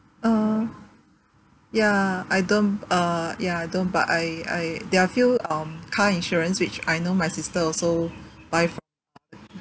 uh ya I don't uh ya I don't but I I there are a few um car insurance which I know my sister also buy from